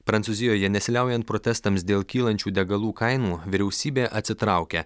prancūzijoje nesiliaujant protestams dėl kylančių degalų kainų vyriausybė atsitraukia